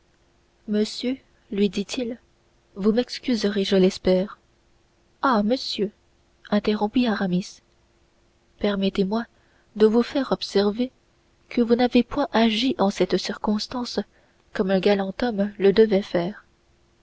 monsieur lui dit-il vous m'excuserez je l'espère ah monsieur interrompit aramis permettez-moi de vous faire observer que vous n'avez point agi en cette circonstance comme un galant homme le devait faire